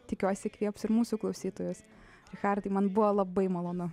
tikiuosi įkvėps ir mūsų klausytojas richartai man buvo labai malonu